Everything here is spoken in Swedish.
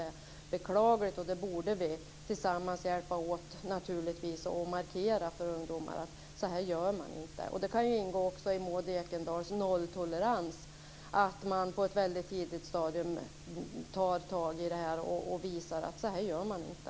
Det är beklagligt, och vi borde tillsammans hjälpas åt att markera för ungdomar att så här gör man inte. Det kan också ingå i Maud Ekendahls nolltolerans att man på ett tidigt stadium tar tag i det här och visar att så här gör man inte.